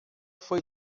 foi